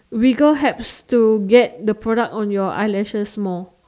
wriggle have to get the product on your eyelashes more